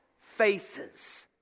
faces